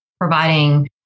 providing